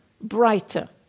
brighter